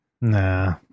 Nah